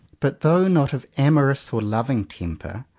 but though not of amorous or loving temper,